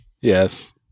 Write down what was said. Yes